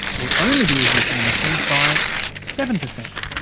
we'll only be reducing emissions by seven per cent.